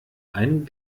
einen